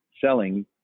selling